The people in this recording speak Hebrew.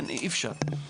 אי אפשר.